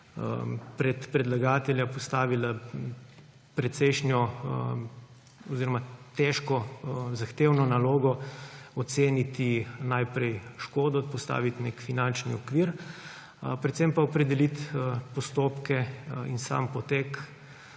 pred predlagatelja postavila precejšnjo oziroma težko, zahtevno nalogo – oceniti najprej škodo, postaviti nek finančni okvir, predvsem pa opredeliti postopke in sam potek,